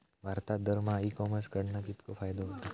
भारतात दरमहा e commerce कडणा कितको फायदो होता?